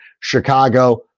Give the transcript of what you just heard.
Chicago